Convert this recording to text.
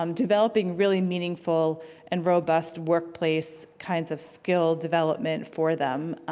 um developing really meaningful and robust workplace kinds of skill development for them.